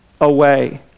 away